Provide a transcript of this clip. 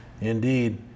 Indeed